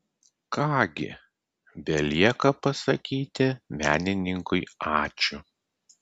ką gi belieka pasakyti menininkui ačiū